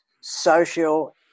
social